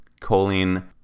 choline